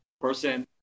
person